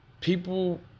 people